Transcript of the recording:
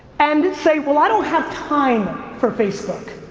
and say well, i don't have time for facebook,